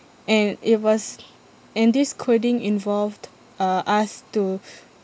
and it was and this coding involved uh us to